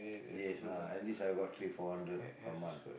yes ah at least I got three four hundred per month